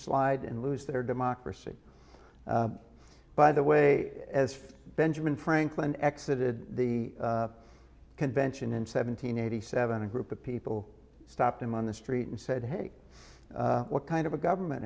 slide and lose their democracy by the way as benjamin franklin exit it the convention in seven hundred eighty seven a group of people stopped him on the street and said hey what kind of a government